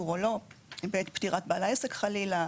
שזה יצא רבע מטר מהתוכנית של שנת 1940 או לא-יודע-כמה.